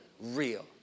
real